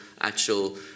actual